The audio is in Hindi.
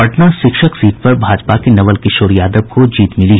पटना शिक्षक सीट पर भाजपा के नवल किशोर यादव को जीत मिली